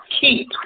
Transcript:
keep